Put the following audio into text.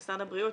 משרד הבריאות,